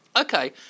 Okay